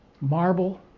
Marble